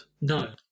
No